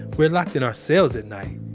we're locked in our cells at night.